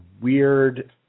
weird